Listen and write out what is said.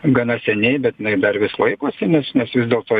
gana seniai bet jinai dar vis laikosi nes nes vis dėlto